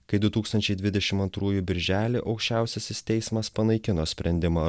kai du tūkstančiai dvidešimt antrųjų birželį aukščiausiasis teismas panaikino sprendimą